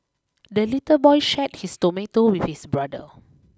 the little boy shared his tomato with his brother